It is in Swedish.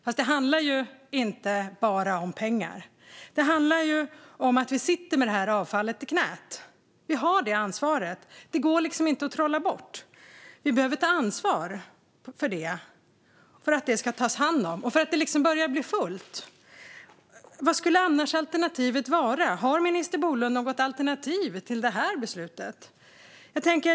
Men det handlar inte bara om pengar. Det handlar om att vi sitter med detta avfall i knät. Vi har detta ansvar. Det går liksom inte att trolla bort. Vi behöver ta ansvar för att detta avfall ska tas om hand. Det börjar bli fullt. Vad skulle alternativet annars vara? Har minister Bolund något alternativ till detta beslut?